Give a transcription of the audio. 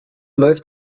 läuft